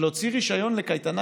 אבל להוציא רישיון לקייטנה,